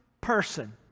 person